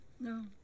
No